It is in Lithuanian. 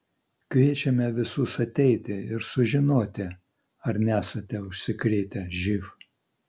kviečiame visus ateiti ir sužinoti ar nesate užsikrėtę živ